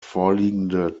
vorliegende